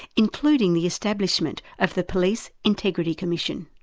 including the establishment of the police integrity commission.